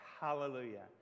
Hallelujah